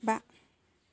बा